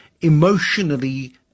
emotionally